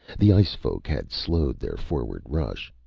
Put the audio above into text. the ice-folk had slowed their forward rush.